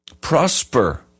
prosper